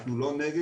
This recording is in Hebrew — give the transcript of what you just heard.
אנחנו לא נגד,